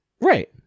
Right